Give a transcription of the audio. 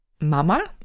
Mama